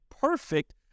perfect